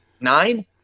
nine